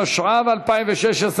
התשע"ו 2016,